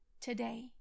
today